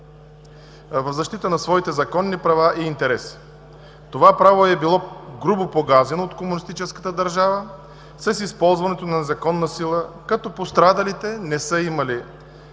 в защита на своите законни права и интереси. Това право е било грубо погазено от комунистическата държава с използването на незаконна сила, като пострадалите не са имали